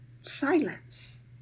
silence